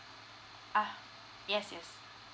uh yes yes